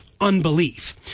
unbelief